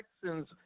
Texans